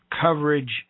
coverage